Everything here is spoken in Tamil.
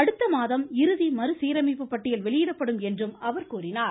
அடுத்த மாதம் இறுதி மறுசீரமைப்பு பட்டியல் வெளியிடப்படும் என்றும் அவர் கூறினார்